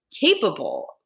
capable